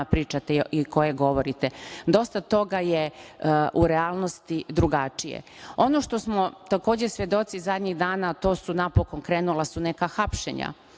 pričate i koje govorite. Dosta toga je u realnosti drugačije. Ono što smo takođe svedoci zadnjih dana, to je da su napokon krenula neka hapšenja.